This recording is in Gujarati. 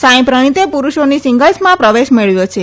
સાંઇ પ્રણીતે પુરૂષોની સિંગલ્સમાં પ્રવેશ મેળવ્યો છે